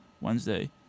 Wednesday